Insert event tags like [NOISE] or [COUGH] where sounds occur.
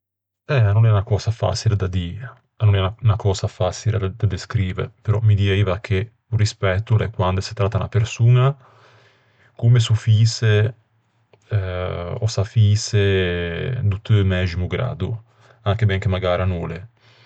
E ben, a no l'é unna cösa façile da dî, a l'é unna cösa façile da descrive, però mi dieiva che rispetto o l'é quande se tratta unna persoña comme s'o fïse, [HESITATION] ò s'a fïse do teu mæximo graddo, anche ben che magara a no ô l'é.